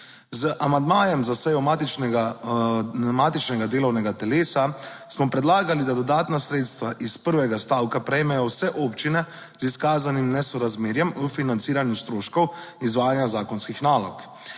Z amandmajem za sejo matičnega delovnega telesa smo predlagali, da dodatna sredstva iz prvega odstavka prejmejo vse občine z izkazanim nesorazmerjem o financiranju stroškov izvajanja zakonskih nalog.